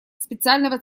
специального